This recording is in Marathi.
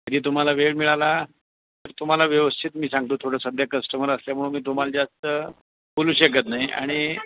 कधी तुम्हाला वेळ मिळाला तर तुम्हाला व्यवस्थित मी सांगतो थोडं सध्या कस्टमर असल्यामुळे मी तुम्हाला जास्त बोलू शकत नाही आणि